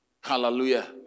Hallelujah